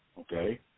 okay